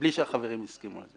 מבלי שהחברים הסכימו לזה.